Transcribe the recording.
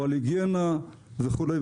או על היגיינה וכו'.